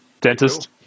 Dentist